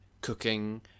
cooking